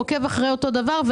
הוא עוקב אחרי אותו דבר,